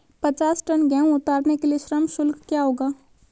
पचास टन गेहूँ उतारने के लिए श्रम शुल्क क्या होगा?